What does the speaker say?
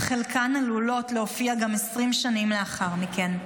אך חלקן עלולות להופיע גם 20 שנים לאחר מכן.